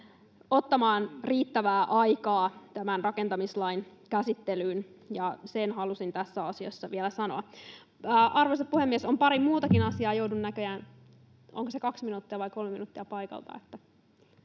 ottamaan riittävää aikaa tämän rakentamislain käsittelyyn, ja sen halusin tässä asiassa vielä sanoa. Arvoisa puhemies! On pari muutakin asiaa. — Onko se kaksi minuuttia vai kolme minuuttia paikalta,